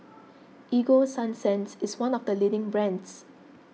Ego Sunsense is one of the leading brands